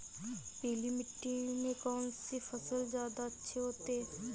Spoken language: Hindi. पीली मिट्टी में कौन सी फसल ज्यादा अच्छी होती है?